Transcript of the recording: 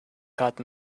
cut